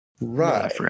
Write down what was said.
Right